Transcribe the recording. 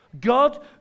God